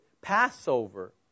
Passover